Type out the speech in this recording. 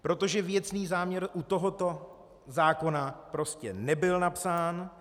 Protože věcný záměr u tohoto zákona prostě nebyl napsán.